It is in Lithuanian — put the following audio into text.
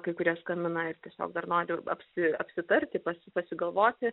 kai kurie skambina ir tiesiog dar nori apsi apsitarti pasi pasigalvoti